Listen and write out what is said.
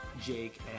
Jake